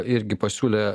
irgi pasiūlė